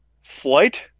flight